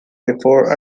before